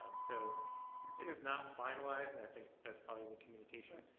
so it's not finalized, and i think that's probably the communication.